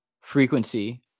frequency